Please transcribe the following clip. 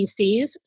PCs